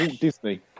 Disney